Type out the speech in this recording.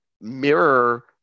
mirror